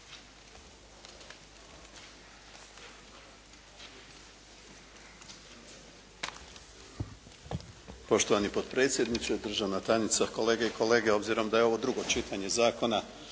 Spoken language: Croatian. Poštovani potpredsjedniče, državna tajnice, kolegice i kolege. Obzirom da je ovo drugo čitanje zakona